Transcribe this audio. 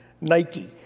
Nike